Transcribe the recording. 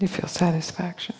you feel satisfaction